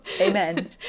Amen